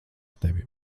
tevi